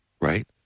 right